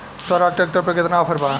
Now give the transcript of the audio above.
Swaraj tractor पर केतना offer बा?